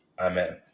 Amen